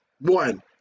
One